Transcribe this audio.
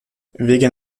wegen